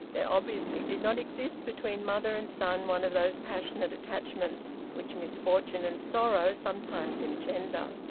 there obviously did not exist between mother and son one of those passionate attachments which misfortune and sorrow sometimes engender.